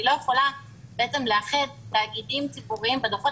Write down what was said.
אני לא יכולה לאחד תאגידים ציבוריים בדוחות